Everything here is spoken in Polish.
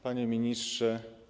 Panie Ministrze!